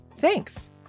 Thanks